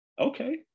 okay